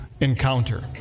encounter